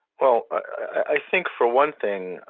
well, i think, for one thing,